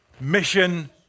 Mission